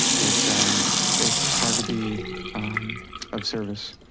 it's it's hard to be of service,